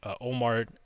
Omar